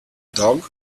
dog